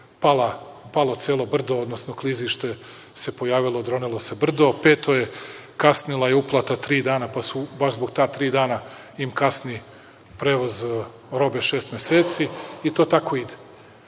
palo celo brdo, odnosno klizište se pojavilo, odronilo se brdo, peto je – kasnila je uplata tri dana pa im baš zbog ta tri dana kasni prevoz robe šest meseci i to tako ide. Sa